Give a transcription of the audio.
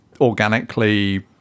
organically